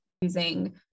using